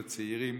לצעירים.